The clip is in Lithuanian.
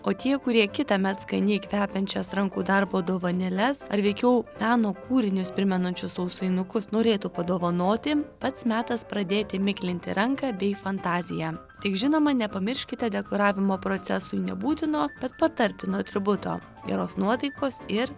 o tie kurie kitąmet skaniai kvepiančias rankų darbo dovanėles ar veikiau meno kūrinius primenančius sausainukus norėtų padovanoti pats metas pradėti miklinti ranką bei fantaziją tik žinoma nepamirškite dekoravimo procesui nebūtino bet patartina atributo geros nuotaikos ir